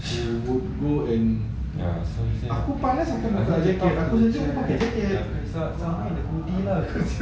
no kebiasaan